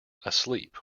asleep